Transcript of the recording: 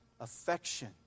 affection